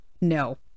no